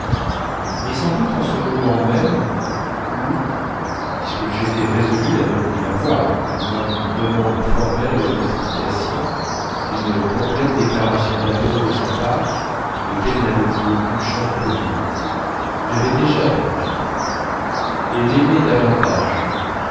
et sans doute en ce moment même où puisque j'étais résolu à ne plus la voir à moins d'une demande formelle d'explications d'une complète déclaration d'amour de sa part lesquelles n'avaient plus aucune chance de venir j'avais déjà perdu gilberte et l'aimais davantage